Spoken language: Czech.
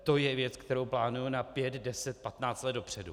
To je věc, kterou plánujeme na pět, deset, patnáct let dopředu.